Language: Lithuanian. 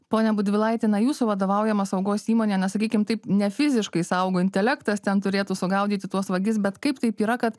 pone budvilaiti na jūsų vadovaujama saugos įmonė na sakykim taip ne fiziškai saugo intelektas ten turėtų sugaudyti tuos vagis bet kaip taip yra kad